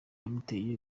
yamuteye